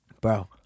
Bro